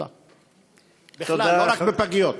תודה, בכלל, לא רק בפגיות.